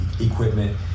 equipment